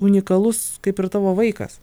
unikalus kaip ir tavo vaikas